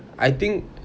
I think